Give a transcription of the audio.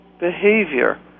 behavior